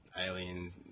alien